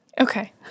Okay